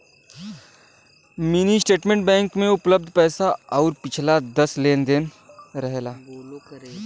mini statement bank में उपलब्ध पैसा आउर पिछला दस लेन देन रहेला